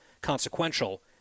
consequential